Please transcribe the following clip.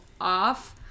off